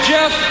Jeff